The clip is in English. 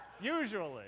usually